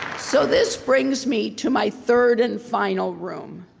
so this brings me to my third and final room,